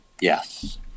Yes